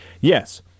yes